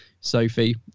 Sophie